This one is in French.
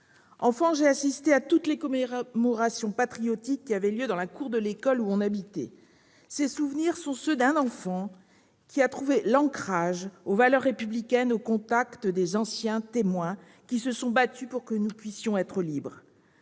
Enfant, j'ai assisté à toutes les commémorations patriotiques qui avaient lieu dans la cour de l'école, où nous habitions. Ces souvenirs sont ceux d'un enfant qui a trouvé son ancrage dans les valeurs républicaines au contact des anciens qui se sont battus pour que nous puissions être libres.